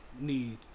need